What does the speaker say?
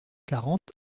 quarante